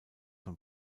von